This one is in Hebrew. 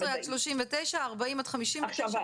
יש 16 עד 39, 40 עד 59 ו-60.